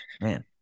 man